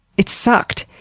it sucked!